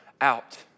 out